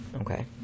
Okay